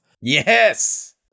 Yes